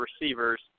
receivers